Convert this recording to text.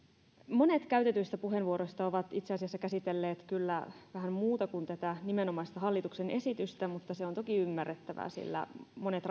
monet käytetyistä puheenvuoroista ovat itse asiassa käsitelleet kyllä vähän muuta kuin tätä nimenomaista hallituksen esitystä mutta se on toki ymmärrettävää sillä monet